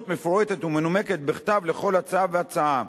מפורטת ומנומקת בכתב על כל הצעה והצעה.